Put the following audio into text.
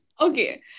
Okay